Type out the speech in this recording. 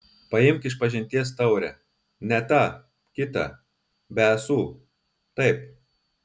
paimk išpažinties taurę ne tą kitą be ąsų taip